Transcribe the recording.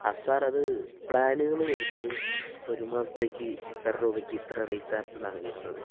ആ സാറത് പ്ലാനുകൾ വരുന്നത് ഒരു മാസത്തേക്ക് ഇത്ര രൂപയ്ക്ക് ഇത്ര റീചാർജ് എന്നാണ് വരുന്നത്